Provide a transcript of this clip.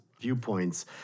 viewpoints